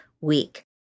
week